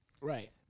Right